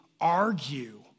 argue